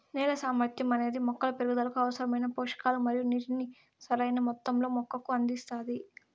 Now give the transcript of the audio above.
నేల సామర్థ్యం అనేది మొక్కల పెరుగుదలకు అవసరమైన పోషకాలు మరియు నీటిని సరైణ మొత్తంలో మొక్కకు అందిస్తాది